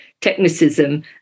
technicism